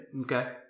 Okay